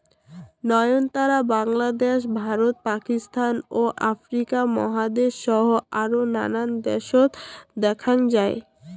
নয়নতারা বাংলাদ্যাশ, ভারত, পাকিস্তান ও আফ্রিকা মহাদ্যাশ সহ আরও নানান দ্যাশত দ্যাখ্যাং যাই